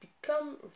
become